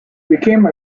became